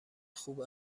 خوب